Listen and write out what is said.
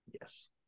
Yes